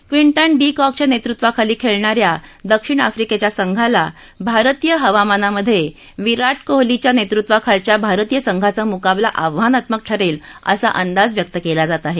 विवंटन de कॉकच्या नेतृत्वाखाली खेळणा या दक्षिण आफ्रीकेच्या संघाला भारतीय हवामानामधे विराट कोहलीच्या नेतृत्वाखालच्या भारतीय संघाचा मुकाबला आव्हानात्मक ठरेल असा अंदाज व्यक्त केला जात आहे